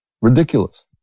ridiculous